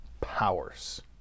powers